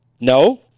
No